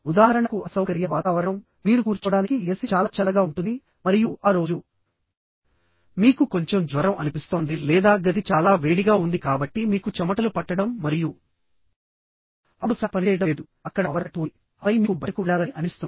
ఉదాహరణకు అసౌకర్య వాతావరణం మీరు కూర్చోడానికి ఎసి చాలా చల్లగా ఉంటుంది మరియు ఆ రోజు మీకు కొంచెం జ్వరం అనిపిస్తోంది లేదా గది చాలా వేడిగా ఉంది కాబట్టి మీకు చెమటలు పట్టడం మరియు అప్పుడు ఫ్యాన్ పనిచేయడం లేదు అక్కడ పవర్ కట్ ఉంది ఆపై మీకు బయటకు వెళ్లాలని అనిపిస్తుంది